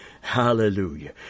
Hallelujah